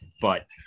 but-